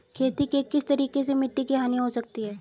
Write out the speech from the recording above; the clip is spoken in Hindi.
खेती के किस तरीके से मिट्टी की हानि हो सकती है?